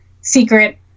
secret